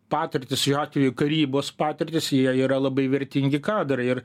patirtis šiuo atveju karybos patirtis jie yra labai vertingi kadrai ir